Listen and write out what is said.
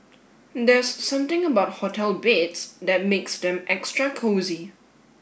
there's something about hotel bids that makes them extra cozy